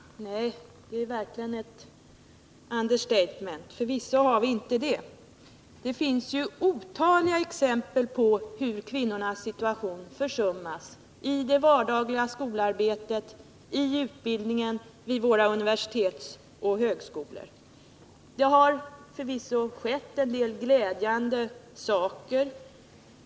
Nej, det är verkligen ett understatement — förvisso har vi inte det. Det finns otaliga exempel på hur kvinnornas situation försummas — i det vardagliga skolarbetet, i utbildningen och vid våra universitet och högskolor. Visst har det skett en del glädjande saker.